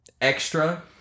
extra